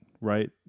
right